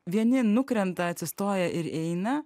vieni nukrenta atsistoja ir eina